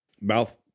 mouth